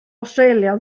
awstralia